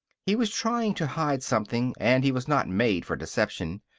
he was trying to hide something, and he was not made for deception.